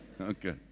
Okay